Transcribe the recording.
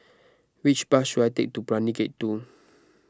which bus should I take to Brani Gate two